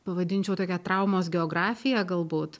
pavadinčiau tokia traumos geografija galbūt